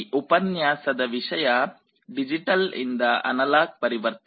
ಈ ಉಪನ್ಯಾಸದ ವಿಷಯ ಡಿಜಿಟಲ್ ಇಂದ ಅನಲಾಗ್ ಪರಿವರ್ತನೆ